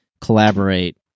collaborate